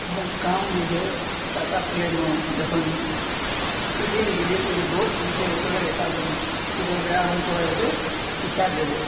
हम काम जे छै टाटा प्लेमे जखन सिखयलऽ गेलियै तऽ एगो दोस्त जे छै ओकरे काज रहै ओहिमे तऽ ओ कहलकै आ तोरा हम जे छै सिखा देबौ